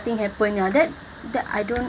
nothing happen ah then then I don't